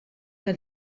que